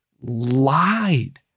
lied